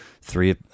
Three